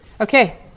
Okay